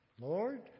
Lord